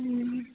ம் ம்